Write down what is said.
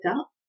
up